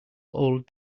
old